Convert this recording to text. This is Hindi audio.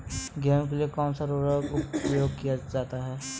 गेहूँ के लिए कौनसा उर्वरक प्रयोग किया जाता है?